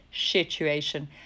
situation